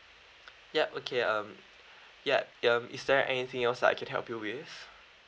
yup okay um ya um is there anything else I can help you with